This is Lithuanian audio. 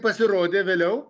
pasirodė vėliau